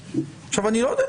אני לא יודע,